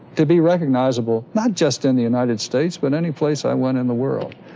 to be recognizable not just in the united states, but any place i went in the world.